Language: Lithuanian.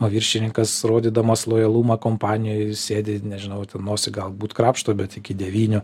o viršininkas rodydamas lojalumą kompanijoj sėdi nežinau ten nosį galbūt krapšto bet iki devynių